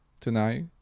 tonight